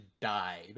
died